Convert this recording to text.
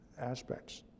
aspects